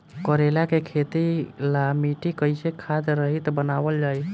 करेला के खेती ला मिट्टी कइसे खाद्य रहित बनावल जाई?